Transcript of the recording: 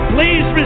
Please